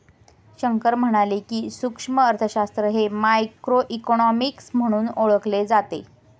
शंकर म्हणाले की, सूक्ष्म अर्थशास्त्र हे मायक्रोइकॉनॉमिक्स म्हणूनही ओळखले जाते